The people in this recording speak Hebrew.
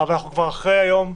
אבל אנחנו כבר אחרי אתמול,